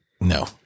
no